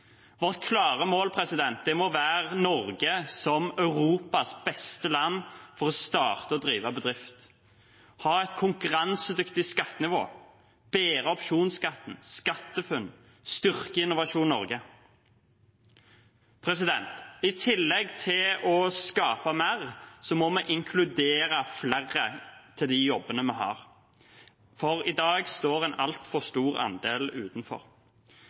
Vårt klare mål må være Norge som Europas beste land for å starte og drive bedrift: ha et konkurransedyktig skattenivå, bedre opsjonsskatten, ha SkatteFUNN, styrke Innovasjon Norge. I tillegg til å skape mer må vi inkludere flere til de jobbene vi har, for i dag står en altfor stor andel utenfor.